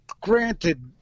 Granted